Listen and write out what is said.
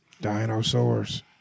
Dinosaurs